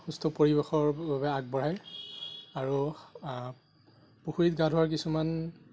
সুস্থ পৰিৱেশৰ বাবে আগবঢ়ায় আৰু পুখুৰীত গা ধোৱাৰ কিছুমান